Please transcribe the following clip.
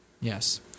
Yes